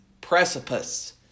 precipice